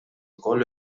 ukoll